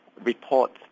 reports